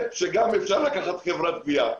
--- שגם אפשר לקחת חברת גבייה.